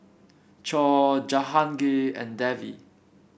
Choor Jahangir and Devi